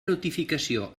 notificació